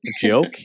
joke